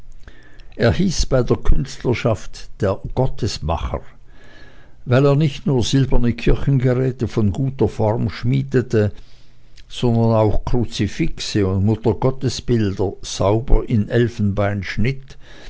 er hieß bei der künstlerschaft der gottesmacher weil er nicht nur silberne kirchengeräte von guter form schmiedete sondern auch kruzifixe und muttergottesbilder sauber in elfenbein schnitt